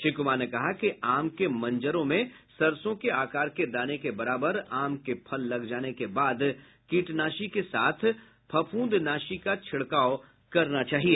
श्री कुमार ने कहा कि आम के मंजरों में सरसो के आकार के दाने के बराबर आम के फल लग जाने के बाद कीटनाशी के साथ फफूंदनाशी का छिड़काव करना चाहिए